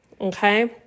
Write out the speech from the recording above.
okay